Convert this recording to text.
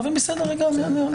בסדר גמור.